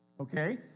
okay